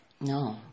No